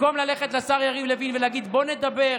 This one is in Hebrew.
במקום ללכת לשר יריב לוין ולהגיד: בוא נדבר,